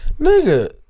nigga